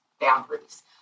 boundaries